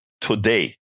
today